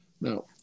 Now